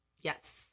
Yes